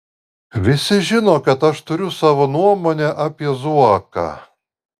visi žino kad aš turiu savo nuomonę apie zuoką